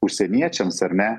užsieniečiams ar ne